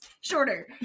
shorter